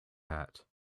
hat